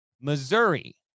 Missouri